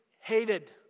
hated